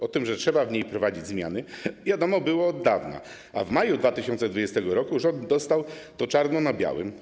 O tym, że trzeba w niej wprowadzić zmiany, wiadomo było od dawna, a w maju 2020 r. rząd dostał to napisane czarno na białym.